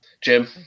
Jim